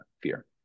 fear